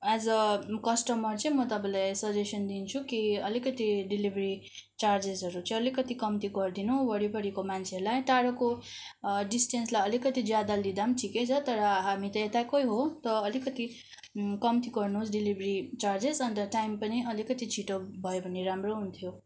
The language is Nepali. एज ए कस्टमर चाहिँ म तपाईँलाई सजेसन दिन्छु कि अलिकति डेलिभरी चार्जेसहरू चाहिँ अलिकति कम्ती गरिदिनु वरिपरिको मान्छेहरूलाई टाढाको डिस्टेन्सलाई अलिकति ज्यादा लिँदा पनि ठिकै छ तर हामी त यताकै हो त अलिकति कम्ती गर्नुहोस् डेलिभरी चार्जेस अन्त टाइम पनि अलिकति छिटो भयो भने राम्रो हुन्थ्यो